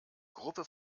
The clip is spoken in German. gruppe